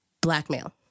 blackmail